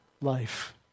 life